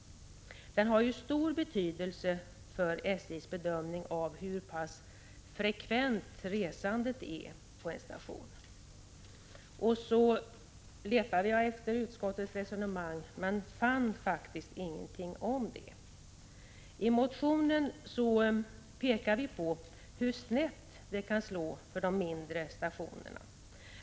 Den har stor betydelse för SJ:s bedömning av hur frekvent resandet är på en station. Jag letade i betänkandet efter utskottets resonemang men fann ingenting om denna fråga. I motionen framhåller vi hur snett det kan slå för de mindre stationerna.